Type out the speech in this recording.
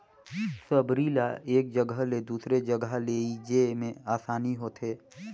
सबरी ल एक जगहा ले दूसर जगहा लेइजे मे असानी होथे